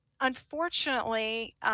unfortunately